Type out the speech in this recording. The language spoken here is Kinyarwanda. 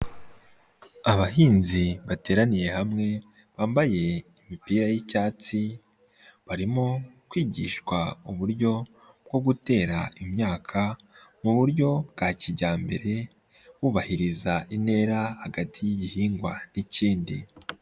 Abahinzi bateraniye hamwe, bambaye imipira y'icyatsi, barimo kwigishwa uburyo bwo gutera imyaka mu buryo bwa kijyambere, bubahiriza intera hagati y'igihingwa n'ikindi.